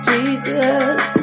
Jesus